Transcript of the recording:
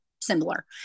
similar